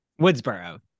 Woodsboro